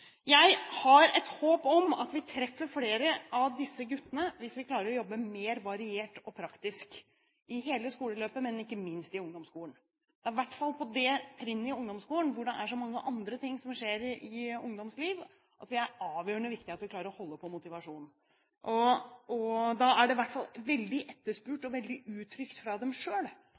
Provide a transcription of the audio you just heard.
praktisk i hele skoleløpet, men ikke minst i ungdomsskolen. I hvert fall på det trinnet, ungdomsskolen, hvor det er så mange andre ting som skjer i ungdommens liv, er det avgjørende viktig at vi klarer å holde på motivasjonen, og da er det i hvert fall veldig etterspurt og veldig uttrykt fra